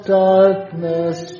darkness